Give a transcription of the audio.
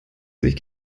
sich